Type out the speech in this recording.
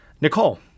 Nicole